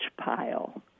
pile